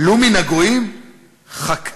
"לו מן הגויים החכמנו,